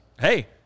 hey